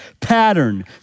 pattern